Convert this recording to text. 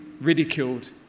ridiculed